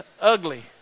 ugly